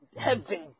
heaven